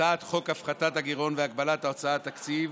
הצעת חוק הפחתת הגירעון והגבלת ההוצאה התקציבית.